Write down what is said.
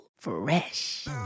fresh